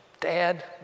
Dad